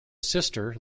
sister